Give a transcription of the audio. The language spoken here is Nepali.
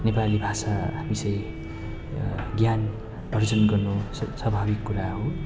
नेपाली भाषा विषय ज्ञानहरू जुन गर्नुसक्छ स्वाभाविक कुरा हो